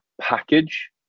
package